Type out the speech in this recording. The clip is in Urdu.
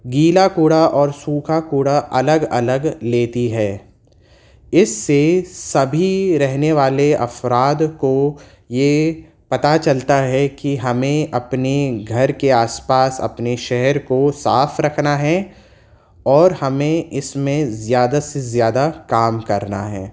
گیلا کوڑا اور سوکھا کوڑا الگ الگ لیتی ہے اس سے سبھی رہنے والے افراد کو یہ پتہ چلتا ہے کہ ہمیں اپنے گھر کے آس پاس اپنے شہر کو صاف رکھنا ہے اور ہمیں اس میں زیادہ سے زیادہ کام کرنا ہے